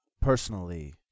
personally